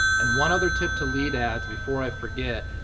and one other tip to lead ads, before i forget,